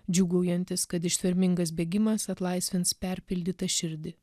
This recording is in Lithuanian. džiūgaujantis kad ištvermingas bėgimas atlaisvins perpildytą širdį